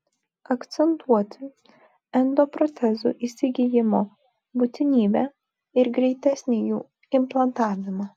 akcentuoti endoprotezų įsigijimo būtinybę ir greitesnį jų implantavimą